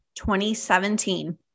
2017